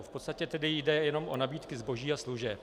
V podstatě tedy jde jen o nabídky zboží a služeb.